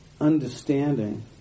understanding